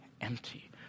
empty